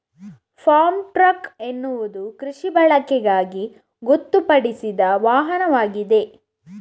form truck ಎನ್ನುವುದು ಕೃಷಿ ಬಳಕೆಗಾಗಿ ಗೊತ್ತುಪಡಿಸಿದ ವಾಹನವಾಗಿದೆ